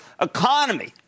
economy